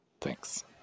Thanks